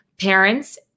parents